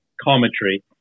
commentary